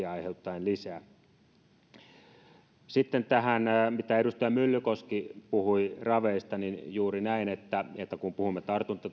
aiheuttaen lisää riskiä sitten tähän mitä edustaja myllykoski puhui raveista niin juuri näin kun puhumme